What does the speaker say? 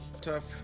tough